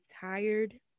tired